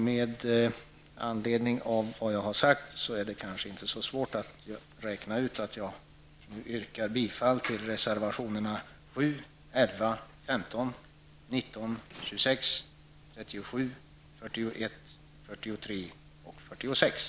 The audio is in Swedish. Med anledning av det jag har sagt är det kanske inte så svårt att räkna ut att jag yrkar bifall til reservationerna 7, 11, 15, 19, 26, 37, 41, 43